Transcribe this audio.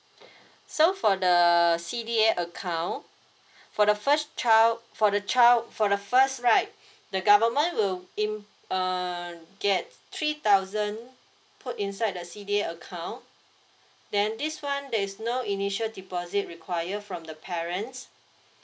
so for the C_D_A account for the first child for the child for the first right the government will im~ uh get three thousand put inside the C_D_A account then this one there is no initial deposit require from the parents